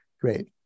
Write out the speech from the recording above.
Great